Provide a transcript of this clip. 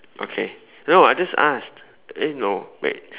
okay no I just asked eh no wait